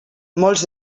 molts